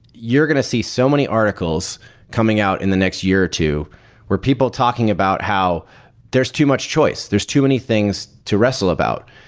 you're going to see so many articles coming out in the next year to where people talking about how there's too much choice, there's too many things to wrestle about.